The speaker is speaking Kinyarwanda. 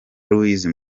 louise